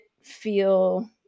feel